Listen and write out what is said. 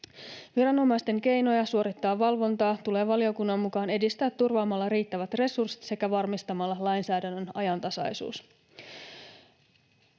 Viranomaisten keinoja suorittaa valvontaa tulee valiokunnan mukaan edistää turvaamalla riittävät resurssit sekä varmistamalla lainsäädännön ajantasaisuus.